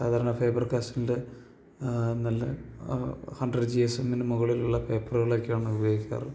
സാധാരണ ഫേബർ കാസ്റ്റലിൻ്റെ നല്ല ഹണ്ട്രഡ് ജി എസ് എമ്മിന് മുകളിലുള്ള പേപ്പറുകളൊക്കെയാണുപയോഗിക്കാറ്